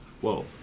Whoa